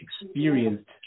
experienced